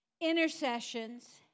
intercessions